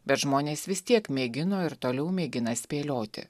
bet žmonės vis tiek mėgino ir toliau mėgina spėlioti